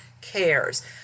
cares